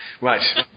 Right